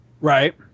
right